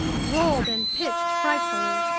rolled and pitched frightfully.